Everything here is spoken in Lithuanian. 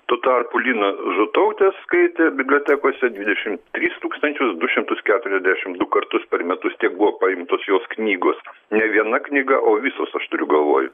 tuo tarpu liną žutautę skaitė bibliotekose dvidešim tris tūkstančius du šimtus keturiasdešim du kartus per metus tiek buvo paimtos jos knygos ne viena knyga o visos aš turiu galvoj